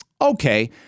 Okay